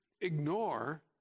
ignore